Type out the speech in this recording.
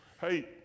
hey